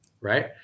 Right